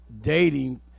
dating